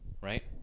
right